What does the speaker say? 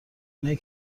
اینایی